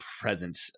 present